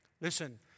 Listen